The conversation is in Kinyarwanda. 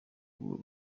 ubwo